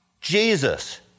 Jesus